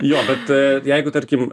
jo bet jeigu tarkim